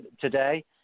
today